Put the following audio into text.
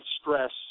stress